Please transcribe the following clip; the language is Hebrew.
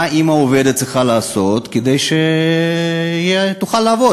ומה אימא עובדת צריכה לעשות כדי שהיא תוכל לעבוד